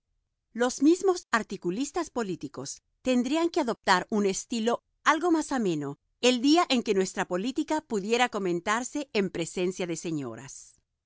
los mismos articulistas políticos tendrían que adoptar un estilo algo más ameno el día en que nuestra política pudiera comentarse en presencia de señoras